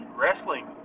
wrestling